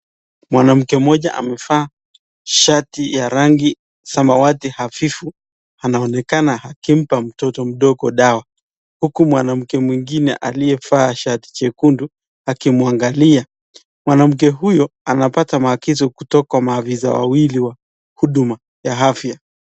Mwanamke mmoja amevaa shati ya rangi samawati afifu. Anaonekana akimpa mtoto mdogo dawa . Huku mwanamke mwingine aliyevaa shati jekundu akimwangalia. Mwanamke huyo anapata maagizo kutoka kwa maafisa Wawili Huduma wa afya.